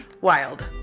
Wild